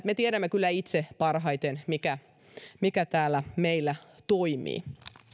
me suomalaiset tiedämme itse parhaiten mikä mikä täällä meillä toimii